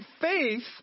faith